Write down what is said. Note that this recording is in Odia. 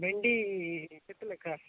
ଭେଣ୍ଡି କେତେ ଲେଖାଁ